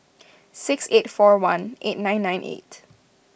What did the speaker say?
six eight four one eight nine nine eight